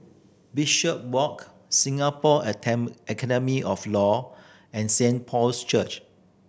Bishopswalk Singapore Academy of Law and Saint Paul's Church